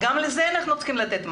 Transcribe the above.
גם לזה אנחנו צריכים לתת מענה.